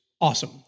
awesome